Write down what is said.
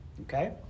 okay